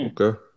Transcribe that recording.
Okay